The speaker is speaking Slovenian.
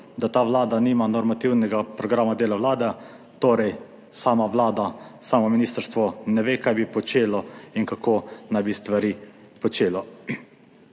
da ta Vlada nima normativnega programa dela Vlade, torej sama Vlada, samo ministrstvo ne ve kaj bi počelo in kako naj bi stvari počelo.